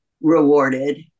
rewarded